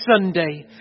Sunday